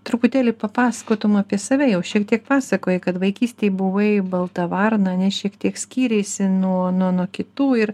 truputėlį papasakotum apie save jau šiek tiek pasakojai kad vaikystėj buvai balta varna nes šiek tiek skyreisi nuo nuo kitų ir